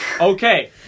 Okay